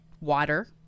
water